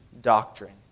doctrine